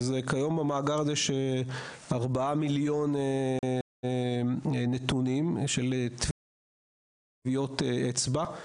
כיום במאגר הזה יש 4 מיליון נתונים של טביעות אצבע.